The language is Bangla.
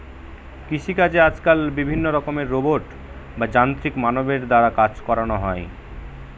কৃষিকাজে আজকাল বিভিন্ন রকমের রোবট বা যান্ত্রিক মানবের দ্বারা কাজ করানো হয়